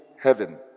heaven